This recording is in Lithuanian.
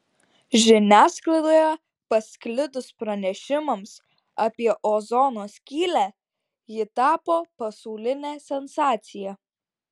žiniasklaidoje pasklidus pranešimams apie ozono skylę ji tapo pasauline sensacija